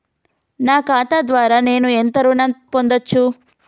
నా ఖాతా ద్వారా నేను ఎంత ఋణం పొందచ్చు?